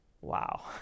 Wow